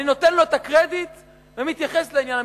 אני נותן לו את הקרדיט ומתייחס לעניין המקצועי.